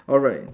alright